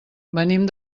venim